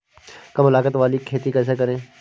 कम लागत वाली खेती कैसे करें?